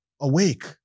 awake